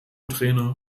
trainer